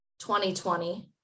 2020